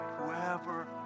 Whoever